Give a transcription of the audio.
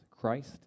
Christ